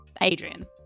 Adrian